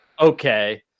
okay